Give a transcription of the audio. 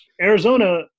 Arizona